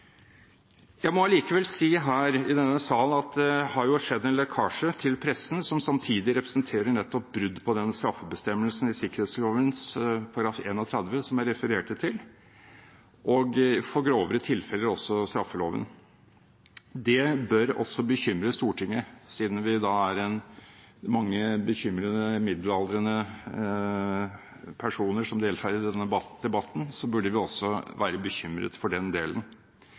Jeg må allikevel si her i denne sal at det har jo skjedd en lekkasje til pressen som samtidig representerer nettopp brudd på den straffebestemmelsen i sikkerhetsloven § 31 som jeg refererte til, og for grovere tilfeller også straffeloven. Det bør også bekymre Stortinget. Siden vi er mange bekymrede, middelaldrende personer som deltar i denne debatten, burde vi også være bekymret for den delen.